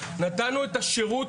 נתנו את השירות,